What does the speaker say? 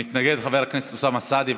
מתנגד, חבר הכנסת אוסאמה סעדי,